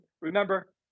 Remember